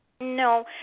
no